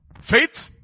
Faith